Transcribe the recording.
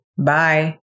Bye